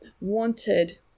wanted